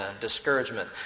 discouragement